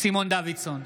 סימון דוידסון,